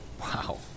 Wow